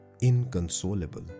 inconsolable